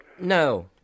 No